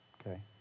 Okay